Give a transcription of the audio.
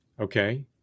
Okay